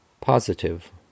positive